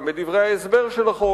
גם בדברי ההסבר שלה,